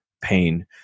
pain